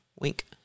Wink